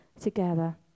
together